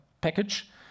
package